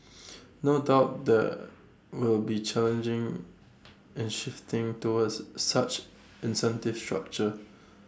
no doubt there will be challenging in shifting towards such incentive structure